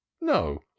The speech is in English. no